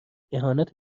اهانت